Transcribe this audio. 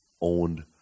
owned